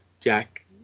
Jack